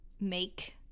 make